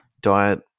diet